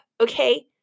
okay